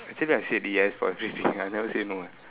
since I said yes for this thing I never say no eh